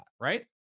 right